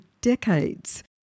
decades